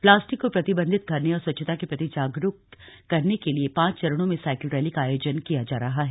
plastic को प्रतिबंधित करने और स्वच्छता के प्रति जागरूक करने के लिए पांच चरणों में साइकिल रैली का आयोजन किया जा रहा है